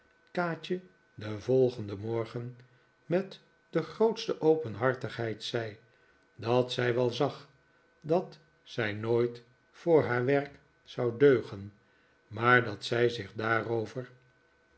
den volgenden morgen met de grootste openhartigheid zei dat zij wel zag dat zij nooit voor haar werk zou deugen maar dat zij zich daarover